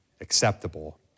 acceptable